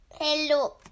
Hello